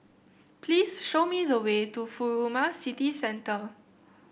please show me the way to Furama City Centre